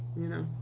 you know?